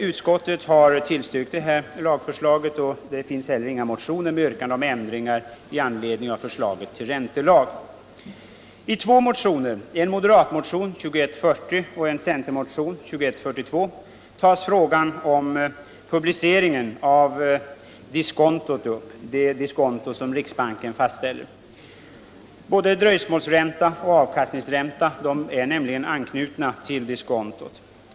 Utskottet har tillstyrkt det här lagförslaget, och det finns heller inga motioner med yrkande om ändringar med anledning av förslaget till räntelag. I två motioner, en moderatmotion, 2140, och en centermotion, 2142, tas frågan om publiceringen av diskontot upp, det diskonto som riksbanken fastställer. Både dröjsmålsränta och avkastningsränta är nämligen anknutna till diskontot.